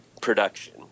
production